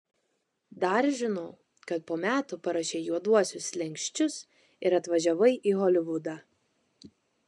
dar žinau kad po metų parašei juoduosius slenksčius ir atvažiavai į holivudą